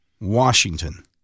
Washington